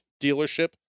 dealership